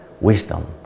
wisdom